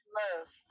love